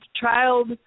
child